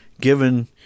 given